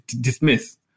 dismiss